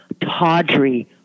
tawdry